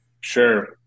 Sure